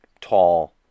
tall